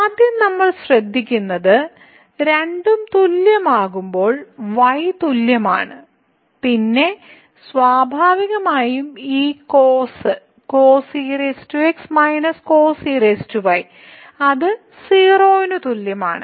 ആദ്യം നമ്മൾ ശ്രദ്ധിക്കുന്നത് രണ്ടും തുല്യമാകുമ്പോൾ y തുല്യമാണ് പിന്നെ സ്വാഭാവികമായും ഈ cos cos ex -cos ey അത് 0 ന് തുല്യമാണ്